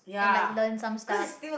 and like learn some stuff